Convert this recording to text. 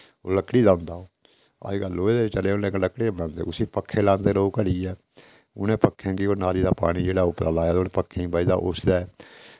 ओह् लकड़ी दा होंदा ओह् अज्जकल लोहे दे चले दे लेकिन लकड़ी दा बनांदे उसी पक्खे लांदे लोक घड़ियै उनें पक्खें गी ओह् नाली दा पानी जेह्ड़ा ओह् लाए ओह् पक्खें गी बजदा उसलै